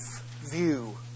view